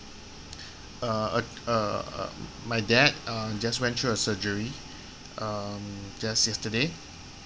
uh a~ uh uh uh my dad um just went through a surgery um just yesterday